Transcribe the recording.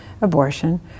abortion